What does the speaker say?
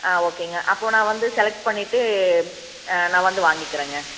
ஆ ஓகேங்க அப்போது நான் வந்து செலக்ட் பண்ணிவிட்டு நான் வந்து வாங்கிக்கிறேங்க